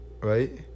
right